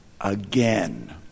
again